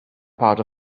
part